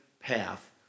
path